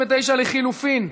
29 לחלופין.